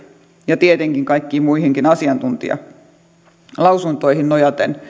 ja tietenkin kaikkiin muihinkin asiantuntijalausuntoihin nojaten